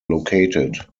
located